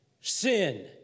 sin